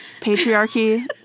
Patriarchy